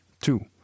Two